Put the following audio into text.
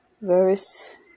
verse